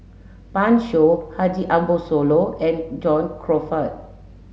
Pan Shou Haji Ambo Sooloh and John Crawfurd